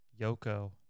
Yoko